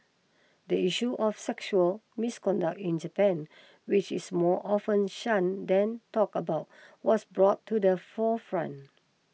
the issue of sexual misconduct in Japan which is more often shun than talk about was brought to the forefront